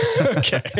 Okay